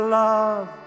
love